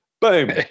Boom